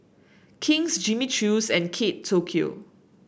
King's Jimmy Choo's and Kate Tokyo